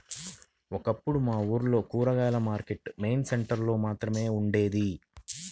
ఒకప్పుడు మా ఊర్లో కూరగాయల మార్కెట్టు మెయిన్ సెంటర్ లో మాత్రమే ఉండేది